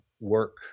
work